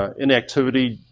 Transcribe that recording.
ah inactivity,